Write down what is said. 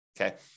okay